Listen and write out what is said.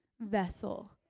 vessel